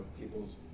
people's